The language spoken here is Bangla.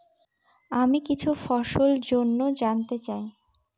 আমি কিছু ফসল জন্য জানতে চাই